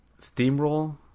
steamroll